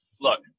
look